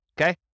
Okay